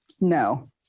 No